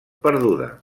perduda